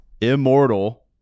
immortal